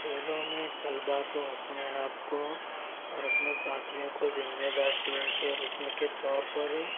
کھیلوں میں طلباء کو اپنے آپ کو اور اپنے ساتھیوں کو ذمہ دار ٹیم کے رُکن کے طور پر